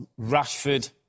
Rashford